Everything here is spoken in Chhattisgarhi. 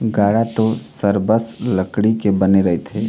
गाड़ा तो सरबस लकड़ी के बने रहिथे